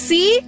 See